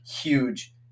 huge